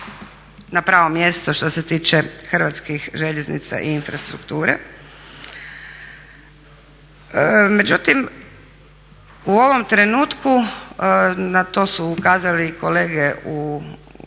na pravo mjesto što se tiče Hrvatskih željeznica i infrastrukture. Međutim, u ovom trenutku na to su ukazali i kolege u prethodnim